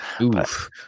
Oof